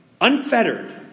unfettered